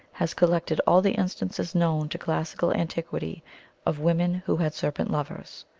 has collected all the instances known to classical antiquity of women who had serpent lovers.